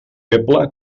feble